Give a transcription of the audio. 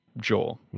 Joel